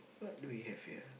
what do we have here